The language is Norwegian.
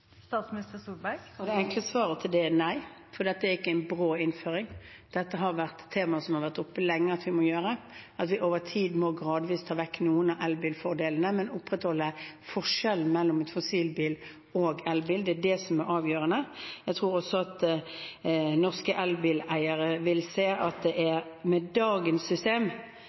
Det enkle svaret på det er nei, for dette er ikke en brå innføring. Det har lenge vært et tema at vi må gjøre dette, at vi over tid og gradvis må ta vekk noen av elbilfordelene, men opprettholde forskjellen mellom fossilbil og elbil. Det er det som er avgjørende. Jeg tror også at norske elbileiere vil se at med dagens system, altså med dagens